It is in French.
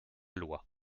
loi